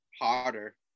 harder